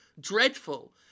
Dreadful